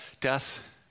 death